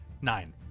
nine